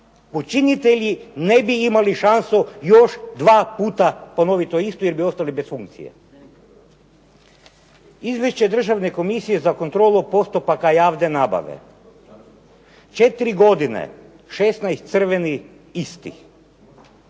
počinitelji ne bi imali šansu još dva puta ponovit to isto jer bi ostali bez funkcije. Izvješće Državne komisije za kontrolu postupaka javne nabave. Četiri godine, 16 crvenih, istih